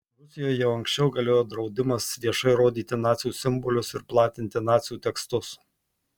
rusijoje jau anksčiau galiojo draudimas viešai rodyti nacių simbolius ir platinti nacių tekstus